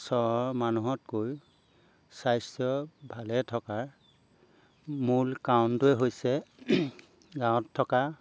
চহৰ মানুহতকৈ স্বাস্থ্য ভালে থকাৰ মূল কাৰণটোৱে হৈছে গাঁৱত থকা